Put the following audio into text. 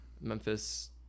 Memphis